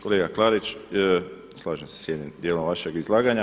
Kolega Klarić, slažem se s jednim dijelom vašeg izlaganja.